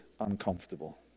uncomfortable